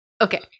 okay